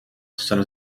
zijn